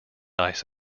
ice